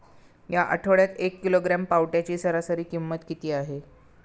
या आठवड्यात एक किलोग्रॅम पावट्याची सरासरी किंमत किती आहे?